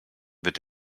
wird